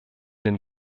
den